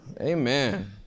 Amen